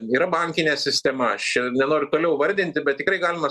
yra bankinė sistema aš čia nenoriu toliau vardinti bet tikrai galima